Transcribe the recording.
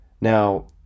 Now